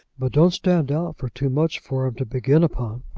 but don't stand out for too much for em to begin upon.